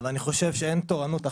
אבל אני חושב שאין תורנות אחת,